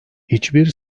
hiçbir